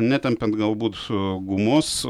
netempiant galbūt gumos